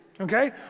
okay